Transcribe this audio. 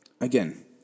again